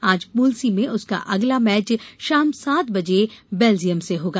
आज pool C में उसका अगला मैच शाम सात बजे बेल्जियम से होगा